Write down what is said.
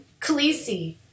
Khaleesi